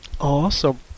Awesome